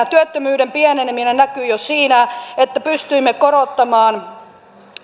työttömyyden pieneneminen näkyy jo siinä että pystyimme korottamaan